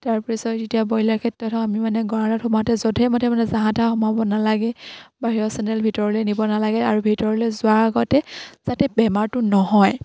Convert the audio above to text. তাৰপিছত যেতিয়া ব্ৰইলাৰ ক্ষেত্ৰত হওক আমি যাহা তাহাঁ সোমাব নালাগে বাহিৰৰ চেণ্ডেল ভিতৰলে নিব নালাগে আৰু ভিতৰলে যোৱাৰ আগতে যাতে বেমাৰটো নহয়